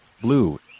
Blue